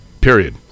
Period